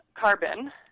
carbon